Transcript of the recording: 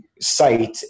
site